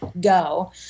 go